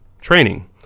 training